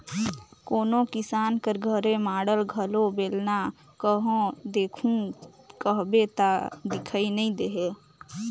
कोनो किसान कर घरे माढ़ल घलो बेलना कहो देखहू कहबे ता दिखई नी देहे